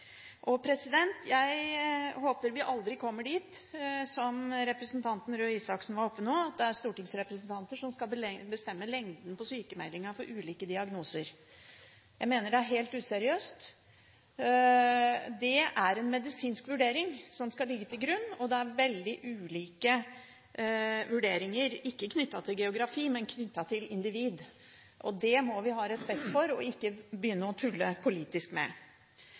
Jeg håper vi aldri kommer dit, som representanten Røe Isaksen var inne på nå, at det er stortingsrepresentanter som skal bestemme lengden på sykmeldingen for ulike diagnoser. Jeg mener det er helt useriøst. Det er en medisinsk vurdering som skal ligge til grunn, og det er veldig ulike vurderinger, ikke knyttet til geografi, men til individ. Det må vi ha respekt for og ikke begynne å tulle politisk med.